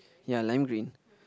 ya lime green